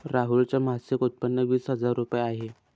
राहुल च मासिक उत्पन्न वीस हजार रुपये आहे